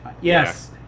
Yes